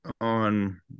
on